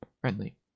friendly